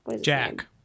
jack